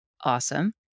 awesome